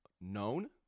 known